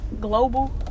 global